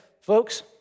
Folks